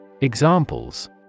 Examples